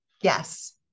Yes